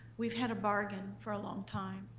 we've had a bargain for a long time,